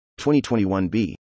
2021b